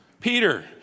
Peter